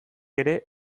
ere